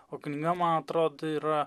o knyga man atrodo yra